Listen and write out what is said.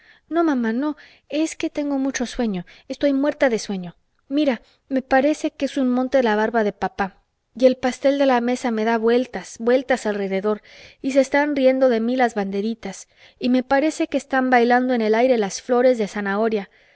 no mamá no es que tengo mucho sueño estoy muerta de sueño mira me parece que es un monte la barba de papá y el pastel de la mesa me da vueltas vueltas alrededor y se están riendo de mí las banderitas y me parece que están bailando en el aire las flores de zanahoria